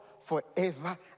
forever